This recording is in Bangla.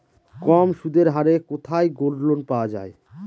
কম সুদের হারে কোথায় গোল্ডলোন পাওয়া য়ায়?